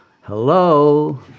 Hello